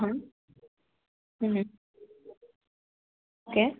हां ओके